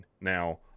Now